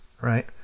Right